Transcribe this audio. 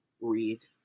read